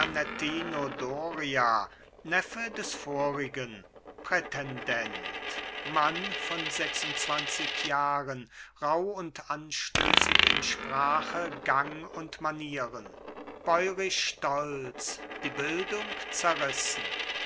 des vorigen prätendent mann von sechsundzwanzig jahren rauh und anstößig in sprache gang und manieren bäurisch stolz die bildung zerrissen